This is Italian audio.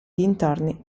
dintorni